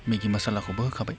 मेगि मसालाखौबो होखाबाय